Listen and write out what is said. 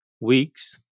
weeks